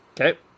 Okay